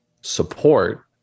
support